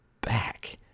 back